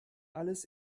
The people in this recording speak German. alles